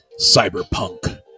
Cyberpunk